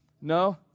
No